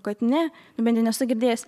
kad ne bent jau nesu girdėjus